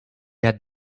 had